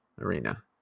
arena